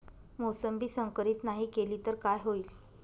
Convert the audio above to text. मोसंबी संकरित नाही केली तर काय होईल?